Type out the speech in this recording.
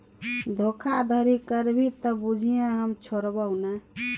धोखाधड़ी करभी त बुझिये हम छोड़बौ नै